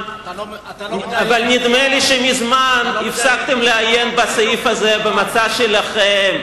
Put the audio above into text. אבל נדמה לי שמזמן הפסקתם לעיין בסעיף הזה במצע שלכם.